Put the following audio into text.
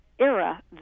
era